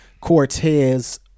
Cortez